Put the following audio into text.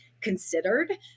considered